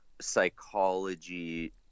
psychology